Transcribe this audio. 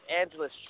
Angeles